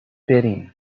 برین